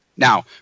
Now